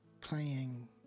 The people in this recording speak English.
playing